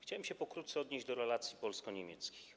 Chciałem pokrótce odnieść się do relacji polsko-niemieckich.